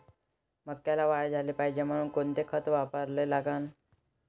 मक्याले वाढ झाली पाहिजे म्हनून कोनचे खतं वापराले लागन?